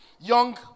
young